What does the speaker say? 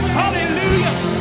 hallelujah